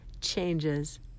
changes